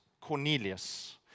Cornelius